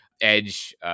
edge